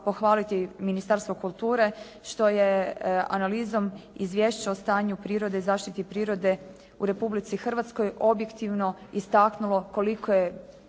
pohvaliti Ministarstvo kulture što je analizom izvješća o stanju prirode i zaštiti prirode u Republici Hrvatskoj objektivno istaknulo koliko je